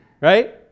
Right